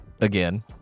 again